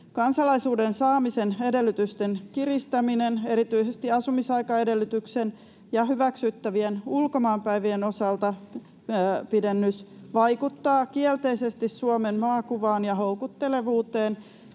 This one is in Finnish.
Kansalaisuuden saamisen edellytysten kiristäminen erityisesti asumisaikaedellytyksen ja hyväksyttävien ulkomaanpäivien osalta vaikuttaa kielteisesti Suomen maakuvaan ja houkuttelevuuteen